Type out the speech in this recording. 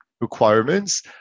requirements